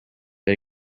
but